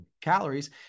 calories